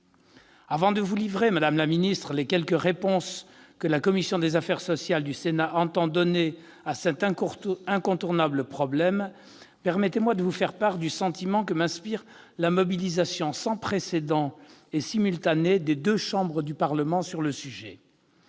Avant de vous livrer, madame la ministre, les quelques réponses que la commission des affaires sociales du Sénat entend donner à cet incontournable problème, permettez-moi de vous faire part du sentiment que m'inspire la mobilisation sans précédent et simultanée des deux chambres du Parlement sur le sujet.